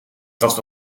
dat